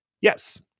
Yes